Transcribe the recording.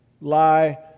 lie